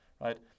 right